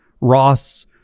Ross